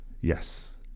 Yes